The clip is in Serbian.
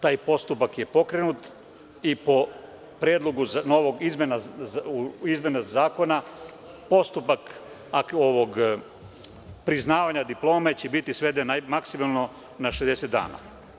Taj postupak je pokrenut i po predlogu izmena zakona postupak priznavanja diplome će biti sveden na maksimalno 60 dana.